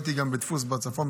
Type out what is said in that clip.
הייתי גם בדפוס בצפון,